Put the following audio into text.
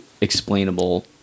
explainable